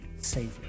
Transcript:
Savior